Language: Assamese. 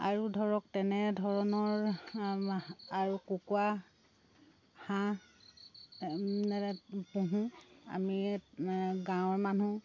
আৰু ধৰক তেনে ধৰণৰ আৰু কুকুৰা হাঁহ পোহো আমি গাঁৱৰ মানুহ